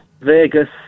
Vegas